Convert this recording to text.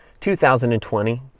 2020